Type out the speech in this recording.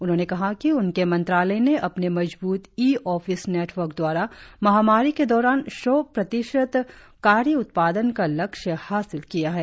उन्होंने कहा कि उनके मंत्रालय ने अपने मजबूत ई ऑफिस नेटवर्क द्वारा महामारी के दौरान सौ प्रतिशत कार्य उत्पादन का लक्ष्य हासिल किया है